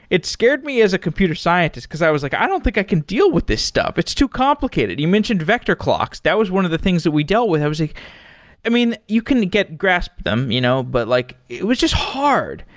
it scared me as a computer scientist, because i was like, i don't think i can deal with this stuff. it's too complicated. you mentioned vector clocks. that was one of the things that we dealt with and i was like i mean, you can get grasp of them, you know but like it was just hard,